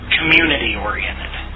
community-oriented